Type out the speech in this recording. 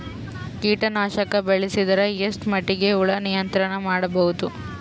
ಕೀಟನಾಶಕ ಬಳಸಿದರ ಎಷ್ಟ ಮಟ್ಟಿಗೆ ಹುಳ ನಿಯಂತ್ರಣ ಮಾಡಬಹುದು?